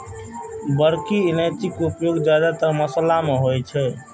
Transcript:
बड़की इलायची के उपयोग जादेतर मशाला मे होइ छै